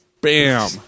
BAM